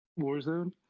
Warzone